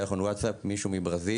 יותר נכון וואטסאפ, מישהו מברזיל,